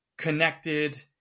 connected